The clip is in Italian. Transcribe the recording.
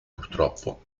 purtroppo